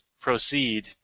proceed